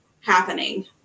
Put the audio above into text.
happening